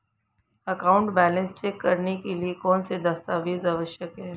Account balance check करने के लिए कौनसे दस्तावेज़ आवश्यक हैं?